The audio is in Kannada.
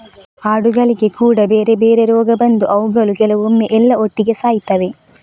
ಆಡುಗಳಿಗೆ ಕೂಡಾ ಬೇರೆ ಬೇರೆ ರೋಗ ಬಂದು ಅವುಗಳು ಕೆಲವೊಮ್ಮೆ ಎಲ್ಲಾ ಒಟ್ಟಿಗೆ ಸಾಯ್ತವೆ